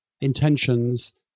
intentions